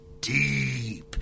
deep